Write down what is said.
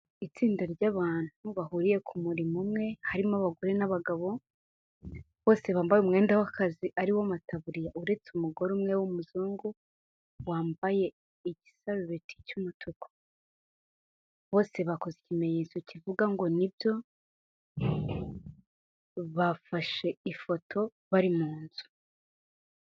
Itsinda ry'abantu bahuriye ku murimo umwe harimo abagore n'abagabo, bose bambaye umwenda w'akazi ari wo mataburiya uretse umugore umwe w'umuzungu wambaye igisarubeti cy'umutuku, bose bakoze ikimenyetso kivuga ngo ni nibyo, bafashe ifoto bari mu nzu.